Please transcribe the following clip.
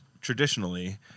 Traditionally